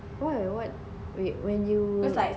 why what wait when you